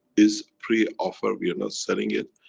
is pre offer, we are not selling it,